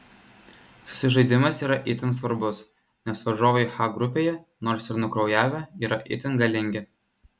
susižaidimas yra itin svarbus nes varžovai h grupėje nors ir nukraujavę yra itin galingi